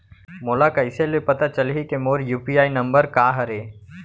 मोला कइसे ले पता चलही के मोर यू.पी.आई नंबर का हरे?